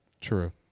True